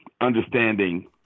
understanding